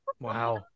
wow